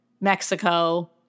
Mexico